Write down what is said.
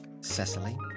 Cecily